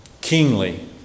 kingly